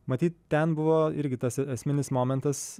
matyt ten buvo irgi tas esminis momentas